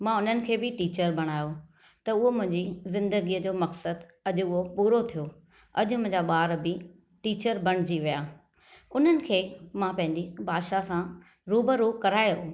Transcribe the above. मां उन्हनि खे बि टीचर बणायो त हूअ मुंहिंजी जिंदगीअ जो उहो मक़सदु अजु॒ पूरो थियो अजु॒ मुंहिंजा बा॒र बि टीचर बणजी विया उन्हनि खे मां पंहिंजी भाषा सां रूबरू करायमि